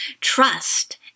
trust